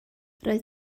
roedd